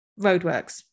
roadworks